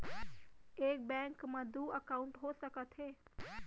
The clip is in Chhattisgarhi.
एक बैंक में दू एकाउंट हो सकत हे?